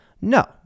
No